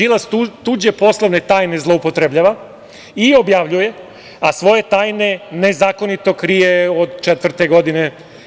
Đilas tuđe poslovne tajne zloupotrebljava i objavljuje, a svoje tajne nezakonito krije od četvrte godine.